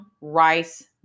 Rice